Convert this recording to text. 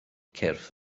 cyrff